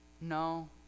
No